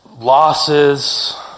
losses